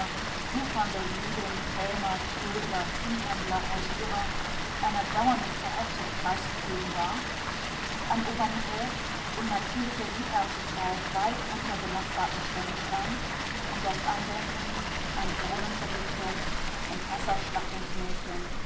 wuchernder juden krämer trödler viehhändler hausierer einer dauernden verhetzung preisgegeben war an urbanität und natürlicher gutherzigkeit weit unter benachbarten stämmen stand und das andenken an brunnenvergiftungs und